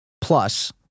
plus